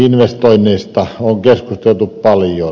liikenneinvestoinneista on keskusteltu paljon